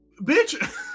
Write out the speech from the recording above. Bitch